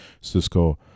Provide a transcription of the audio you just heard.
Cisco